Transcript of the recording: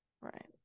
Right